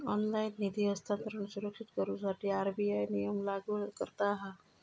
online निधी हस्तांतरण सुरक्षित करुसाठी आर.बी.आय नईन नियम लागू करता हा